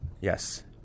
yes